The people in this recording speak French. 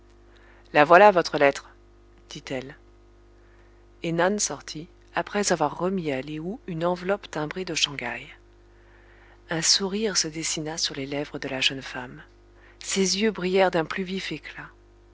la voilà votre lettre dit-elle et nan sortit après avoir remis à lé ou une enveloppe timbrée de shang haï un sourire se dessina sur les lèvres de la jeune femme ses yeux brillèrent d'un plus vif éclat